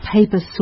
Paper